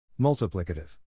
Multiplicative